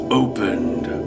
opened